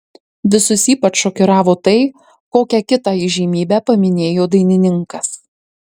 visus ypač šokiravo tai kokią kitą įžymybę paminėjo dainininkas